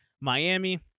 Miami